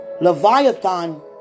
Leviathan